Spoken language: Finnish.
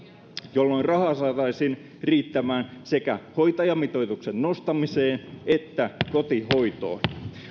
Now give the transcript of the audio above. jolloin rahaa saataisiin riittämään sekä hoitajamitoituksen nostamiseen että kotihoitoon